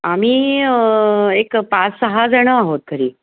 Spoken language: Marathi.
आम्ही एक पाच सहा जणं आहोत घरी